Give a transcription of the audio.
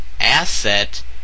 asset